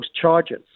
charges